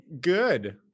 good